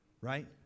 Right